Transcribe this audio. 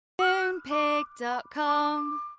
Moonpig.com